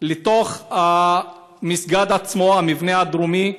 לתוך המסגד עצמו, המבנה הדרומי.